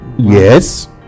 Yes